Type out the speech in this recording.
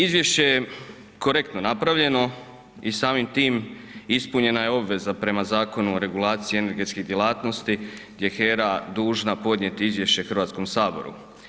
Izvješće je korektno napravljeno i samim time ispunjena je obveza prema zakonu o regulaciji energetske djelatnosti, gdje je HERA dužna podnijeti izvješće Hrvatskom saboru.